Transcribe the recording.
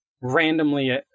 randomly